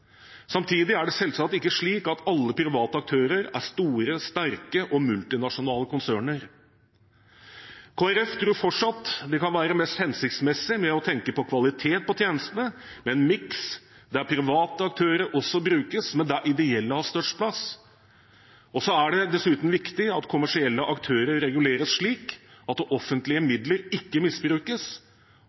Samtidig er det selvsagt ikke slik at alle private aktører er store, sterke og multinasjonale konserner. Kristelig Folkeparti tror fortsatt det kan være mest hensiktsmessig med tanke på kvalitet på tjenestene med en miks der private aktører også brukes, men der ideelle har størst plass. Det er dessuten viktig at kommersielle aktører reguleres slik at offentlige midler ikke misbrukes.